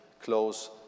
close